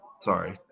Sorry